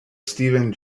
stephen